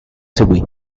seguì